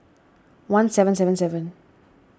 one seven seven seven